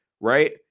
right